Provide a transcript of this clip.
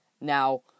Now